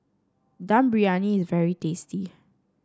Dum Briyani is very tasty